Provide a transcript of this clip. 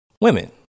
women